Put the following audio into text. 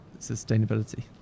sustainability